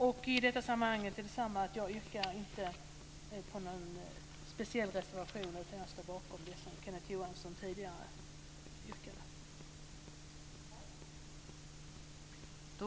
Jag yrkar inte på någon speciell reservation, utan jag står bakom det som Kenneth Johansson tidigare yrkade.